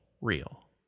real